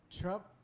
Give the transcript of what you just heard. Trump